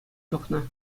тухнӑ